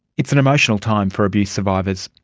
it's an emotional time for abuse survivors,